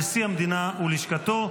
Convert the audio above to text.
נשיא המדינה ולשכתו,